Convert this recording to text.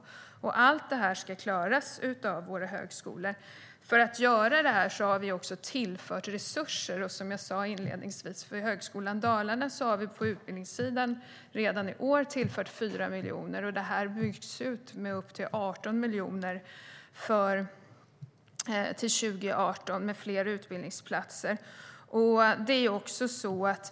Allt det här ska klaras av våra högskolor. För att göra det här har vi också tillfört resurser. För Högskolan Dalarna har vi som jag sa inledningsvis redan i år tillfört 4 miljoner på utbildningssidan. Det här byggs ut med upp till 18 miljoner till fler utbildningsplatser till 2018.